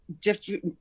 different